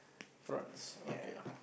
France okay